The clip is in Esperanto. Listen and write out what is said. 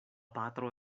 patro